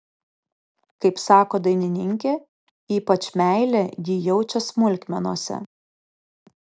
kaip sako dainininkė ypač meilę ji jaučia smulkmenose